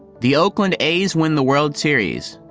the oakland a's win the world series.